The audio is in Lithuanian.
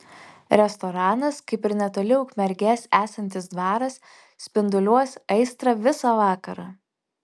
restoranas kaip ir netoli ukmergės esantis dvaras spinduliuos aistrą visa vakarą